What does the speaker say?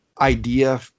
idea